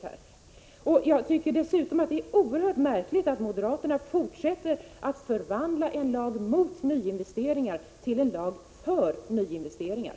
Jag tycker att det dessutom är oerhört märkligt att moderaterna fortsätter att förvandla en lag mot nyinvesteringar till en lag för nyinvesteringar.